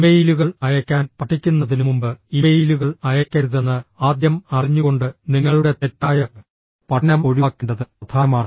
ഇമെയിലുകൾ അയയ്ക്കാൻ പഠിക്കുന്നതിനുമുമ്പ് ഇമെയിലുകൾ അയയ്ക്കരുതെന്ന് ആദ്യം അറിഞ്ഞുകൊണ്ട് നിങ്ങളുടെ തെറ്റായ പഠനം ഒഴിവാക്കേണ്ടത് പ്രധാനമാണ്